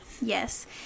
Yes